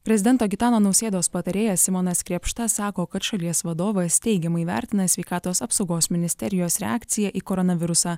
prezidento gitano nausėdos patarėjas simonas krėpšta sako kad šalies vadovas teigiamai vertina sveikatos apsaugos ministerijos reakciją į koronavirusą